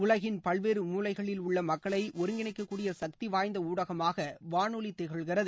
உலகின் பல்வேறு மூலைகளில் உள்ள மக்களை ஒருங்கிணைக்கக்கூடிய சக்திவாய்ந்த ஊடகமாக வானொலி திகழ்கிறது